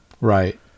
Right